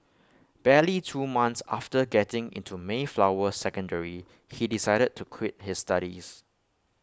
barely two months after getting into Mayflower secondary he decided to quit his studies